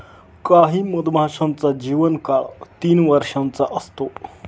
काही मधमाशांचा जीवन काळ तीन वर्षाचा असतो